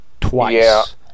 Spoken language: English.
twice